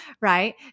Right